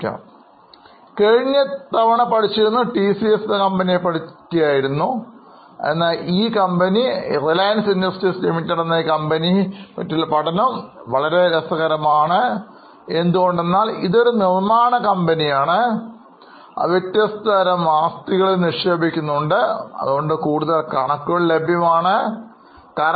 ഇപ്പോൾ കഴിഞ്ഞതവണ ടിസിഎസ് നെ പറ്റി നമ്മൾ പഠിച്ചിരുന്നു ഇത് രസകരമാണ് കാരണം ഇതൊരു നിർമ്മാണക്കമ്പനിയാണ് ഇത് വിവിധതരം ആസ്തികളിൽ നിക്ഷേപിക്കുന്നതിനാൽ കൂടുതൽ കണക്കുകൾ ഉണ്ട്